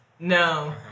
No